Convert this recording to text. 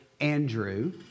Andrew